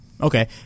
Okay